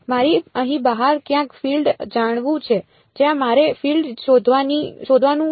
મારે અહીં બહાર ક્યાંક ફીલ્ડ જાણવું છે જ્યાં મારે ફીલ્ડ શોધવાનું છે